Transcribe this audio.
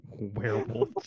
Werewolf